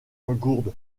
gourde